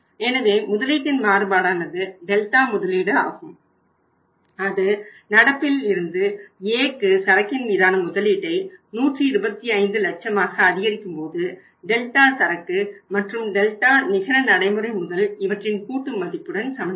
எனவே முதலீட்டின் மாறுபாடானது டெல்டா நிகர நடைமுறை முதல் இவற்றின் கூட்டு மதிப்புடன் சமன்படும்